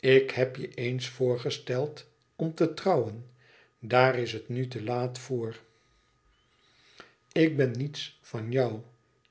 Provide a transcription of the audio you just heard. ik heb je eens voorgesteld om te trouwen daar is het nu te laat voor ik ben niets van jou